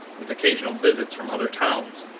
with occasional visits from other towns,